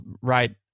right